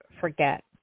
forget